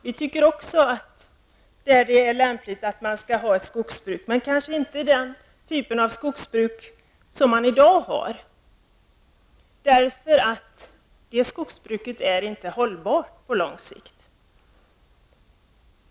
Vi tycker också att man skall ha ett skogsbruk där det är lämpligt, men kanske inte den typen av skogsbruk som man i dag har, därför att det skogsbruket inte är hållbart på lång sikt.